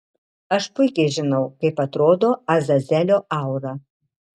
aš puikiai žinau kaip atrodo azazelio aura